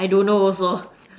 I don't know also